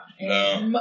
No